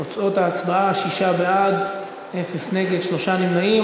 תוצאות ההצבעה: שישה בעד, נגד, אין, שלושה נמנעים.